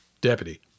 deputy